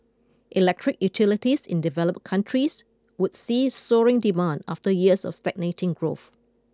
electric utilities in developed countries would see soaring demand after years of stagnating growth